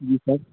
जी sir